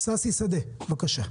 ששי שדה בבקשה.